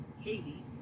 Haiti